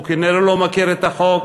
הוא כנראה לא מכיר את החוק